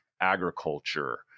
agriculture